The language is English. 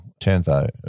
10th